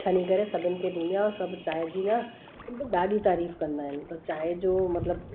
छणी करे सभिनि खे ॾींदी आहियां ऐं सभु चांहि जी आहे ॾाढी तारीफ़ कंदा आहिनि चांहि जो मतिलबु